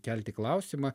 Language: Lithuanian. kelti klausimą